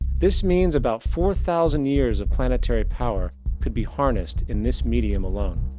this means about four thousand years of planetary power could be harnessed in this medium alone.